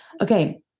okay